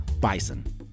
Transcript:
bison